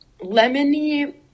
lemony